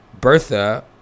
Bertha